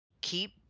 keep